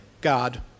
God